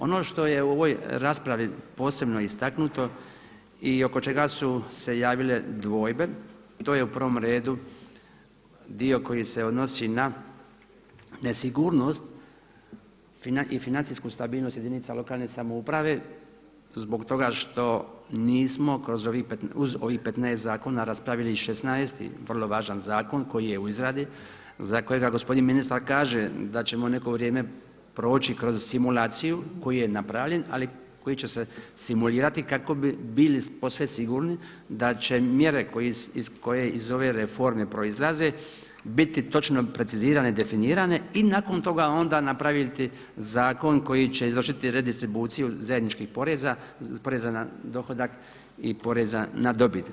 Ono što je u ovoj raspravi posebno istaknuto i oko čega su se javile dvojbe to je u prvom redu dio koji se odnosi na nesigurnost i financijsku stabilnost jedinica lokalne samouprave zbog toga što nismo kroz ovih, uz ovih 15 zakona raspravili i 16 vrlo važan zakon koji je u izradi, za kojega gospodin ministar kaže da ćemo neko vrijeme proći kroz simulaciju koji je napravljen, ali koji će se simulirati kako bi bili posve sigurni da će mjere koje iz ove reforme proizlaze biti točno precizirane i definirane i nakon toga onda napraviti zakon koji će izvršiti redistribuciju zajedničkih poreza, poreza na dohodak i poreza na dobit.